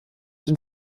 den